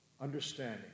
understanding